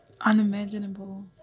Unimaginable